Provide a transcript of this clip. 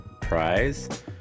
prize